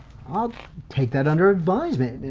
i'll take that under advisement.